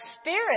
spirit